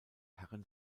herren